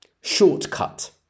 Shortcut